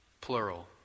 Plural